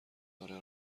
آره